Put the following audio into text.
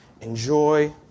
enjoy